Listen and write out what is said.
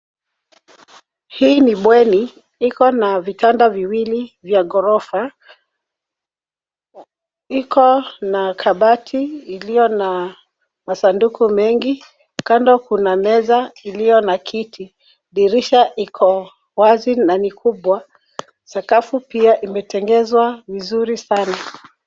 Hii ni bweni, ikona vitanda viwili vya ghorofa, iko na kabati iliyo na masanduku mengi. Kando kuna meza iliyo na kiti. Dirisha iko wazi na ni kubwa. Sakafu pia imetengezwa vizuri sana.